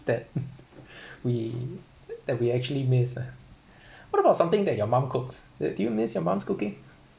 that we that we actually miss lah what about something that your mum cooks do do you miss your mum's cooking